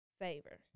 favor